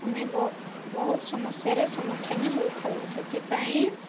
ଆମେ ବହୁତ ସମସ୍ୟାରେ ସମ୍ମୁଖୀନ ହୋଇଥାଉ ସେଥିପାଇଁ